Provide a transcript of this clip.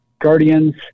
guardians